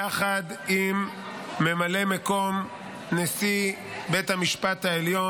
-- יחד עם ממלא מקום נשיא בית המשפט העליון,